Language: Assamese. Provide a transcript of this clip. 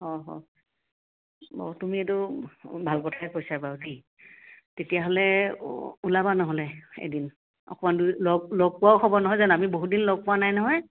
অঁ অঁ অঁ তুমি এইটো ভাল কথায়ে কৈছা বাৰু দেই তেতিয়াহ'লে ওলাবা নহ'লে এদিন অকণমান দূৰ লগ লগ পোৱাও হ'ব নহয় জানো আমি বহু দিন লগ পোৱা নাই নহয়